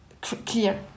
clear